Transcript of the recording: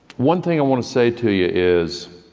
one thing i want to say to you is